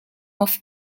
off